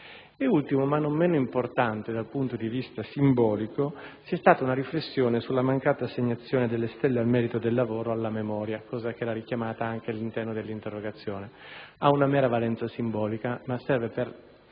in ultimo - ma non meno importante dal punto di vista simbolico - vi è stata una riflessione sulla mancata assegnazione delle Stelle al merito del lavoro alla memoria; questione, richiamata anche all'interno dell'interrogazione, che ha una mera valenza simbolica, ma serve a far